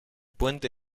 puente